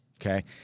Okay